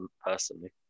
personally